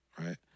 right